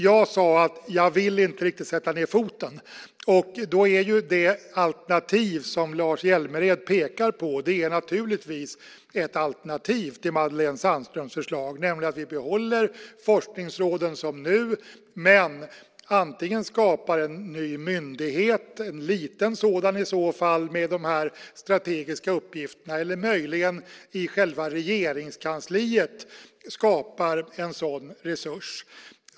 Jag sade att jag inte riktigt vill sätta ned foten. Det alternativ som Lars Hjälmered pekar på är naturligtvis ett alternativ till Madelene Sandströms förslag. Det är att vi behåller forskningsråden som nu, men antingen skapar en ny myndighet, i så fall en liten sådan, med de strategiska uppgifterna, eller möjligen i själva Regeringskansliet skapar en sådan resurs.